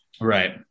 Right